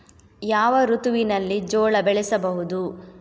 ಯಾವ ಋತುವಿನಲ್ಲಿ ಜೋಳ ಬೆಳೆಸಬಹುದು?